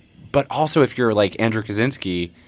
but also, if you're, like, andrew kaczynski,